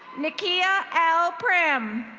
nakia l prim.